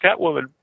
Catwoman